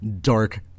dark